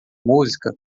música